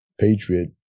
patriot